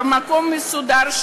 במקום מסודר,